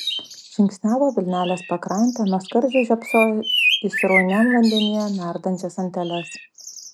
žingsniavo vilnelės pakrante nuo skardžio žiopsojo į srauniam vandenyje nardančias anteles